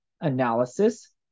analysis